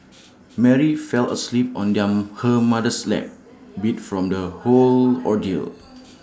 Mary fell asleep on their her mother's lap beat from the whole ordeal